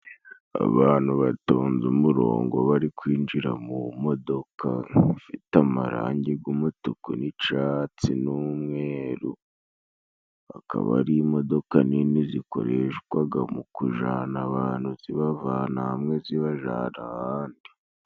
Abantu batonze umurongo bari kwinjira mu modoka ifite amarangi g'umutuku n'icatsi n'umweru. Akaba ari imodoka nini zikoreshwaga mu kujana abantu, zibavana hamwe zibajana ahandi.